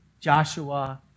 Joshua